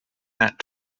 that